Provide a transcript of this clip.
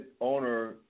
owner